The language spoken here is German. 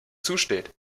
zusteht